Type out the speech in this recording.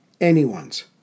anyone's